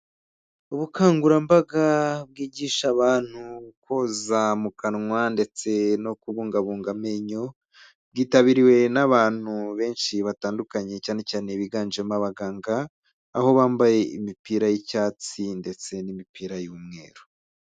Ubukangurambaga bwigisha abantuza koza mu kanwa ndetse no kubungabunga amenyo bwitabiriwe n'abantu benshi batandukanye cyane cyane biganjemo abaganga aho bambaye imipira y'icyatsi ndetse n'imipira y'umweru.